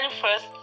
first